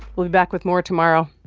we'll be back with more tomorrow.